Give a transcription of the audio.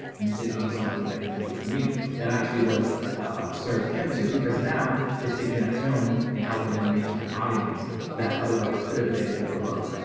be something that you can do for me and actually was served him to because now is taking that film and helping them reach an audience that otherwise could have been overlooked.